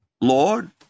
Lord